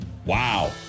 Wow